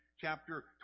chapter